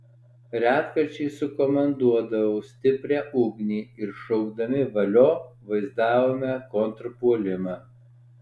retkarčiais sukomanduodavau stiprią ugnį ir šaukdami valio vaizdavome kontrpuolimą